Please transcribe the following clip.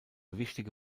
wichtige